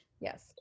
Yes